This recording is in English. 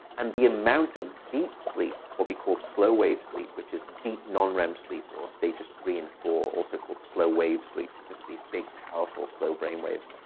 and the amount of deep sleep, what we call slow-wave sleep, which is deep non-rem sleep or stages three and four, also called slow-wave sleep because of these big powerful slow brainwaves,